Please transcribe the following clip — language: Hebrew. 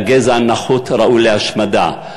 והגזע הנחות ראוי להשמדה.